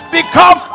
Become